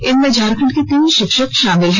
इनमें झारखंड के तीन शिक्षक शामिल हैं